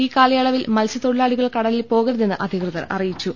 ഈ കാലയളവിൽ മത്സൃത്തൊഴിലാളികൾ കടലിൽ പോകരുതെന്ന് അധികൃതർ അറി യിച്ചു